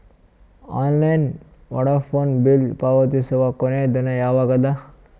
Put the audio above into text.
Online Vodafone bill ಪಾವತಿಸುವ ಕೊನಿ ದಿನ ಯವಾಗ ಅದ?